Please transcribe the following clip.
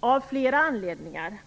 av flera anledningar.